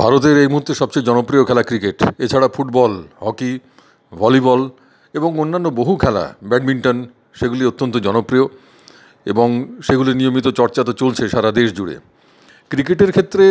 ভারতের এই মুহুর্তে সবচেয়ে জনপ্রিয় খেলা ক্রিকেট এছাড়া ফুটবল হকি ভলিবল এবং অন্যান্য বহু খেলা ব্যাডমিন্টন সেগুলি অত্যন্ত জনপ্রিয় এবং সেগুলি নিয়মিত চর্চা তো চলছে সারা দেশ জুড়ে ক্রিকেটের ক্ষেত্রে